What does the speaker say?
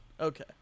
Okay